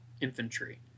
infantry